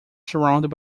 surrounded